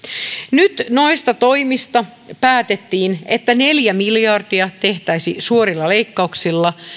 nyt noista toimista päätettiin että neljä miljardia tehtäisiin suorilla leikkauksilla